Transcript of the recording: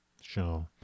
Sure